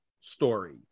story